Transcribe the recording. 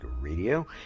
radio